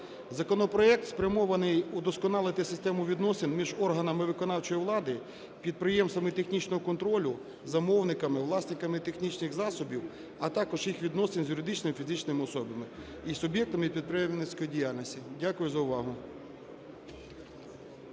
Законопроект спрямований удосконалити систему відносин між органами виконавчої влади, підприємствами технічного контролю, замовниками, власниками технічних засобів, а також їх відносин з юридичними і фізичними особами і суб'єктами підприємницької діяльності. Дякую за увагу.